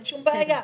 אין שום בעיה.